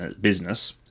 business